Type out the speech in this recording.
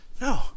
No